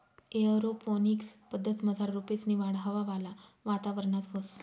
aeroponics पद्धतमझार रोपेसनी वाढ हवावाला वातावरणात व्हस